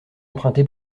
emprunté